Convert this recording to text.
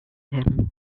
him